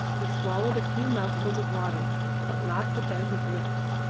he swallowed a few mouthfuls of water that lapped about his lips.